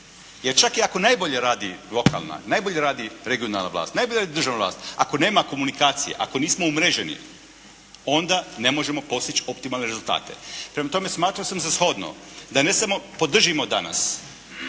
Jer čak i ako najbolje radi lokalna, najbolje radi regionalna vlast, najbolje državna vlast ako nema komunikacija ako nismo umreženi onda ne možemo postići optimalne rezultate. Prema tome smatrao sam za shodno, da ne samo da podržimo danas